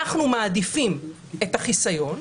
שהם מעדיפים את החיסיון,